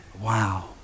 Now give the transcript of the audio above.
Wow